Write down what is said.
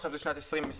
עכשיו זה שנת 2025,